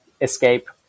escape